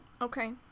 Okay